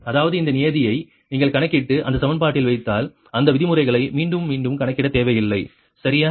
அதாவது இந்த நியதியை நீங்கள் கணக்கிட்டு அந்த சமன்பாட்டில் வைத்தால் இந்த விதிமுறைகளை மீண்டும் மீண்டும் கணக்கிட தேவையில்லை சரியா